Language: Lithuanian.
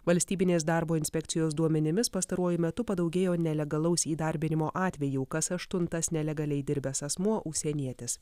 valstybinės darbo inspekcijos duomenimis pastaruoju metu padaugėjo nelegalaus įdarbinimo atvejų kas aštuntas nelegaliai dirbęs asmuo užsienietis